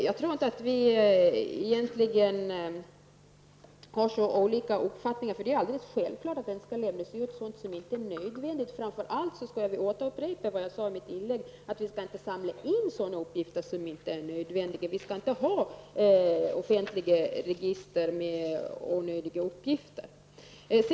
Jag tror inte att vi egentligen har så olika uppfattningar. Det är självklart att sådant som inte är nödvändigt inte skall lämnas ut. Framför allt -- det sade jag i mitt inlägg, och jag vill upprepa det -- skall vi inte samla in sådana uppgifter som inte är nödvändiga. Vi skall inte ha offentliga register med onödiga uppgifter.